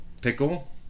Pickle